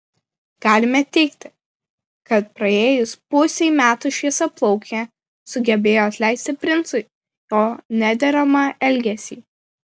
galime teigti kad praėjus pusei metų šviesiaplaukė sugebėjo atleisti princui jo nederamą elgesį